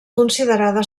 considerada